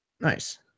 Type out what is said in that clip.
Nice